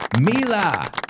Mila